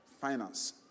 finance